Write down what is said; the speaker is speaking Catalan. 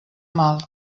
mal